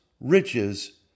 riches